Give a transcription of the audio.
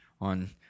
on